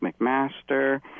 McMaster